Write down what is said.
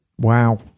Wow